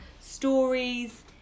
stories